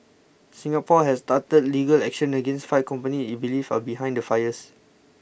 Singapore has started legal action against five companies it believes are behind the fires